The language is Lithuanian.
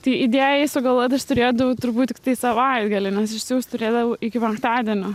tai idėją sugalvot aš turėdavau turbūt tiktai savaitgalį nes išsiųst turėdavo iki penktadienio